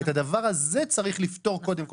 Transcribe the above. את הדבר הזה צריך לפתור קודם כל,